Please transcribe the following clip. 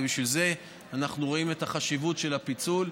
בשביל זה אנחנו רואים חשיבות בפיצול.